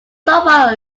somewhat